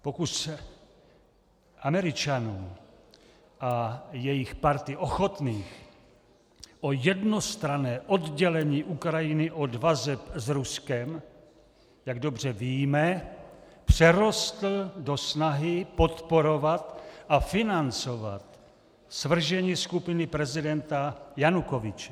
Pokus Američanů a jejich party ochotných o jednostranné oddělení Ukrajiny od vazeb s Ruskem, jak dobře víme, přerostl do snahy podporovat a financovat svržení skupiny prezidenta Janukovyče.